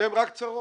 אתם רק צרות.